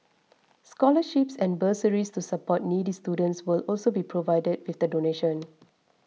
scholarships and bursaries to support needy students will also be provided with the donation